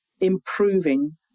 improving